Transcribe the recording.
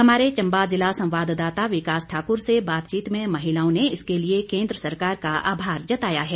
हमारे चंबा जिला संवाद्दाता विकास ठाकुर से बातचीत में महिलाओं ने इसके लिए केंद्र सरकार का आभार जताया है